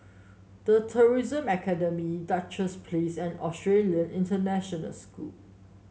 The Tourism Academy Duchess Place and Australian International School